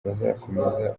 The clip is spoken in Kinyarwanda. bazakomeza